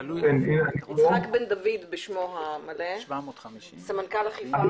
יצחק בן דוד בשמו המלא, סמנכ"ל אכיפה.